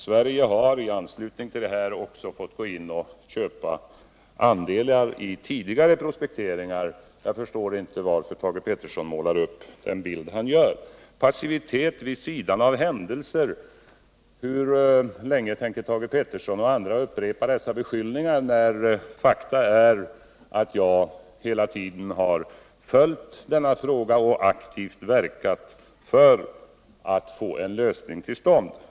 Sverige har i anslutning till detta också fått gå in och köpa andelar i tidigare prospekteringar. Jag förstår inte varför Thage Peterson målar upp en sådan här bild. Han — Nr 159 talar om passivitet och säger att vi har stått vid sidan av händelserna. Hur länge tänker Thage Peterson och andra upprepa dessa beskyllningar, när fakta är att jag hela tiden följt denna fråga och aktivt verkat för att få en lösning till stånd.